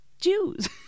jews